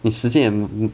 你时间也 m~ m~